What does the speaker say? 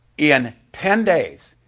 in ten days,